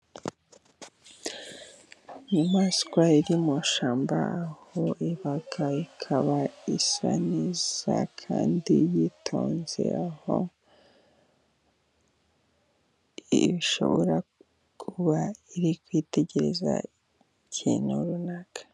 Inyamaswa iri mu ishyamba aho iba, ikaba isa neza kandi yitonze, aho ishobora kuba iri kwitegereza ikintu runaka.